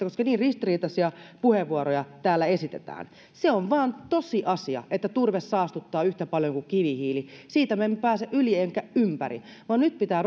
koska niin ristiriitaisia puheenvuoroja täällä esitetään se on vain tosiasia että turve saastuttaa yhtä paljon kuin kivihiili siitä me emme pääse yli emmekä ympäri vaan nyt pitää